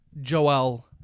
Joel